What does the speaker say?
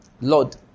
Lord